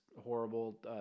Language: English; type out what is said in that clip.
horrible